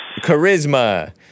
Charisma